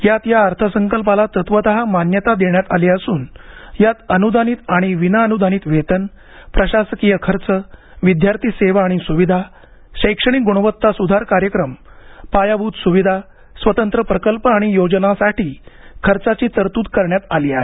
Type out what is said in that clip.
यात या अर्थसंकल्पाला तत्वतः मान्यता देण्यात आली असून यात अनुदानित आणि विनाअनुदानित वेतन प्रशासकीय खर्च विद्यार्थी सेवा आणि सुविधा शैक्षणिक गुणवत्ता सुधार कार्यक्रम पायाभूत सुविधा स्वतंत्र प्रकल्प आणि योजनांसाठी खर्चाची तरतूद करण्यात आली आहे